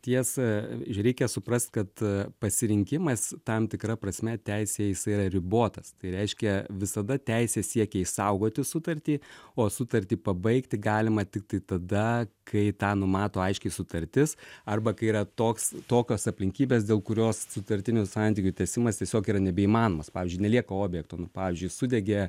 tiesa reikia suprast kad pasirinkimas tam tikra prasme teisėj jisai yra ribotas tai reiškia visada teisė siekia išsaugoti sutartį o sutartį pabaigti galima tiktai tada kai tą numato aiškiai sutartis arba kai yra toks tokios aplinkybės dėl kurios sutartinių santykių tęsimas tiesiog yra nebeįmanomas pavyzdžiui nelieka objekto nu pavyzdžiui sudegė